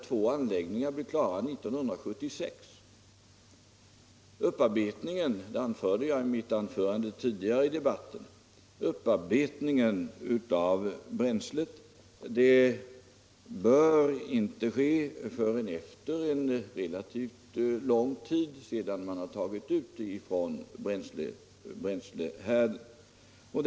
Två anläggningar blir klara 1976. Som jag framhöll i mitt anförande tidigare i debatten bör upparbetningen av bränslet inte ske förrän efter en relativt lång tid sedan man har tagit ut det från bränslehärden.